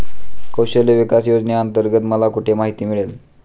कौशल्य विकास योजनेअंतर्गत मला कुठे माहिती मिळेल?